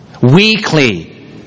Weekly